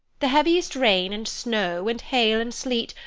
the heaviest rain, and snow, and hail, and sleet,